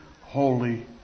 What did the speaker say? holy